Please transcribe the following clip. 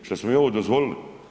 Što smo mi ovo dozvolili.